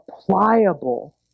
pliable